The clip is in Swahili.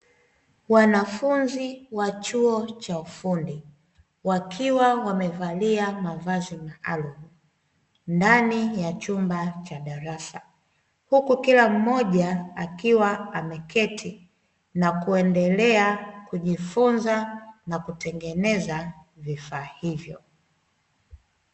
Wanafunzi wa chuo cha ufundi wakiwa wamevalia mavazi maalumu, ndani ya chumba cha darasa, huku kila mmoja akiwa ameketi na kuendelea kujifunza na kutengeneza vifaa hivyo.